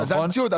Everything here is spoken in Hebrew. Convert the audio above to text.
זה המציאות.